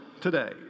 today